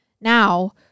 Now